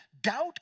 Doubt